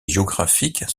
géographique